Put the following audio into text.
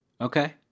Okay